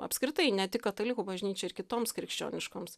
apskritai ne tik katalikų bažnyčiai ir kitoms krikščioniškoms